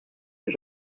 est